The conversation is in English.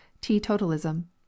teetotalism